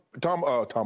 Tom